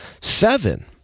seven